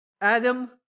Adam